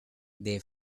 they